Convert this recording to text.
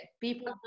people